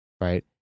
Right